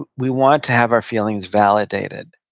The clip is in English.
we we want to have our feelings validated.